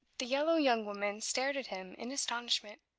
the yellow young woman stared at him in astonishment.